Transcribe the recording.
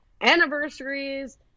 anniversaries